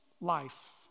life